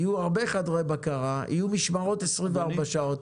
יהיו הרבה חדרי בקרה, יהיו משמרות 24 שעות.